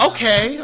Okay